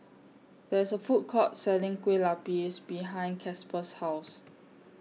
There IS A Food Court Selling Kueh Lupis behind Casper's House